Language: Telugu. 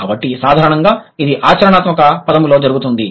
కాబట్టి సాధారణంగా ఇది ఆచరణాత్మక పదంలో జరుగుతుంది